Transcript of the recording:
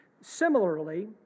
Similarly